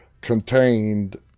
contained